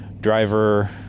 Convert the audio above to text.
driver